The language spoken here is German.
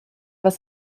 was